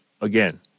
again